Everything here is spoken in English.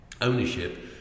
ownership